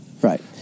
right